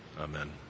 Amen